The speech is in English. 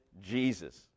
Jesus